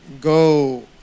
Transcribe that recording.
go